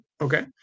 Okay